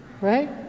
right